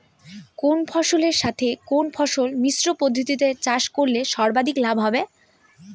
কোন ফসলের সাথে কোন ফসল মিশ্র পদ্ধতিতে চাষ করলে সর্বাধিক লাভ হবে?